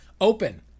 Open